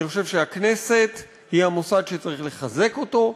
אני חושב שהכנסת היא מוסד שצריך לחזק אותו,